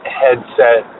headset